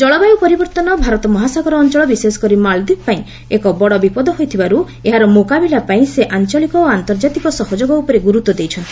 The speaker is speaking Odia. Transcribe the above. ଜଳବାୟୁ ପରିବର୍ତ୍ତନ ଭାରତ ମହାସାଗର ଅଞ୍ଚଳ ବିଶେଷକରି ମାଳଦ୍ୱୀପପାଇଁ ଏକ ବଡ଼ ବିପଦ ହୋଇଥିବାରୁ ଏହାର ମୁକାବିଲା ପାଇଁ ସେ ଆଞ୍ଚଳିକ ଓ ଆନ୍ତର୍ଜାତିକ ସହଯୋଗ ଉପରେ ଗୁରୁତ୍ୱ ଦେଇଛନ୍ତି